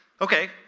Okay